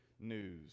news